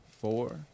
four